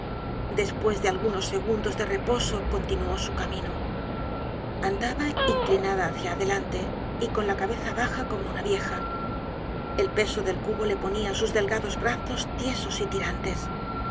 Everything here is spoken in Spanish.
despues de algunos segundos de reposo continuó su camino andaba inclinada hácia adelante y con la cabeza baja como una vieja el peso del cubo le ponia sus delgados brazos tiesos y tirantes